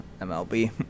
MLB